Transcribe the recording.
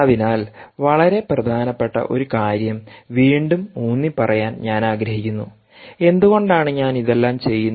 അതിനാൽ വളരെ പ്രധാനപ്പെട്ട ഒരു കാര്യം വീണ്ടും ഊന്നിപ്പറയാൻ ഞാൻ ആഗ്രഹിക്കുന്നു എന്തുകൊണ്ടാണ് ഞാൻ ഇതെല്ലാം ചെയ്യുന്നത്